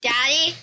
Daddy